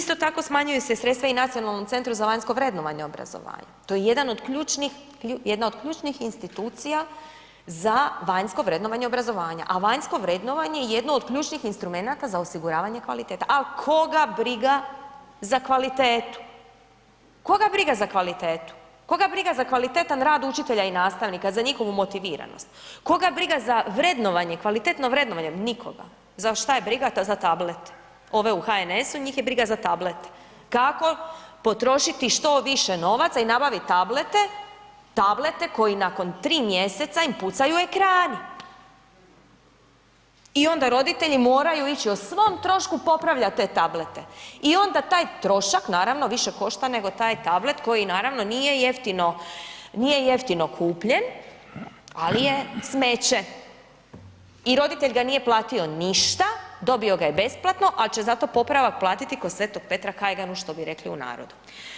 Isto tako smanjuju se i sredstva i Nacionalnom centru za vanjsko vrednovanje obrazovanja, to je jedan od ključnih, jedna od ključnih institucija za vanjsko vrednovanje obrazovanja, a vanjsko vrednovanje je jedno od ključnih instrumenata za osiguravanje kvalitete, al koga briga za kvalitetu, koga briga za kvalitetu, koga briga za kvalitetan rad učitelja i nastavnika, za njihovu motiviranost, koga briga za vrednovanje, kvalitetno vrednovanje, nikoga, za šta je briga, za tablet, ove u HNS-u njih je briga za tablet, kako potrošiti što više novaca i nabaviti tablete, tablete koji nakon 3. mjeseca im pucaju ekrani i onda roditelji moraju ići o svom trošku popravljat te tablete i onda taj trošak naravno više košta nego taj tablet koji naravno nije jeftino, nije jeftino kupljen, ali je smeće i roditelj ga nije platio ništa, dobio ga je besplatno, al će zato popravak platiti ko Svetog Petra kajganu što bi rekli u narodu.